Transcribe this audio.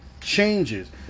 changes